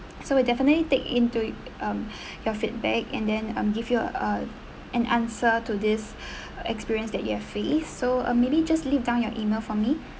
so we definitely take into um your feedback and then um give you a an answer to this experience that you had faced so uh maybe just leave down your email for me